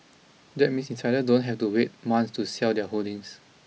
that means insiders don't have to wait months to sell their holdings